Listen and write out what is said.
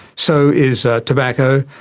so is tobacco,